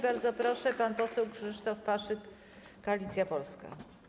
Bardzo proszę, pan poseł Krzysztof Paszyk, Koalicja Polska.